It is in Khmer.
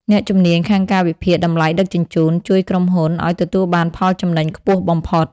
អ្នកជំនាញខាងការវិភាគតម្លៃដឹកជញ្ជូន ជួយក្រុមហ៊ុនឱ្យទទួលបានផលចំណេញខ្ពស់បំផុត។